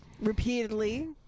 repeatedly